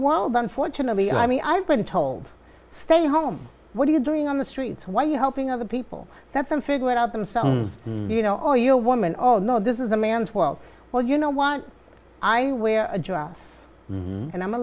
world unfortunately and i mean i've been told stay home what are you doing on the streets why are you helping other people that's them figure it out themselves you know or you're woman oh no this is a man's world well you know what i wear a dress and i'm a